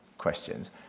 Questions